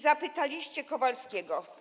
Zapytaliście Kowalskiego?